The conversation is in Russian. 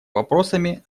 вопросами